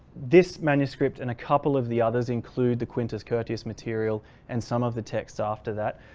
this manuscript and a couple of the others include the quintus curtius material and some of the texts after that,